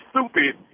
stupid